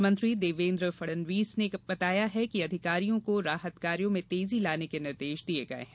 मुख्यमंत्री देवेन्द्र फडनवीस ने बताया कि अधिकारियों को राहत कार्यों में तेजी लाने के निर्देश दिए गए हैं